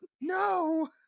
No